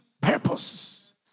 Purpose